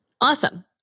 Awesome